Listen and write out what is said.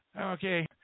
Okay